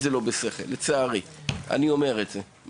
בחכמה ולצערי גם ביטלו אותו לא בחכמה.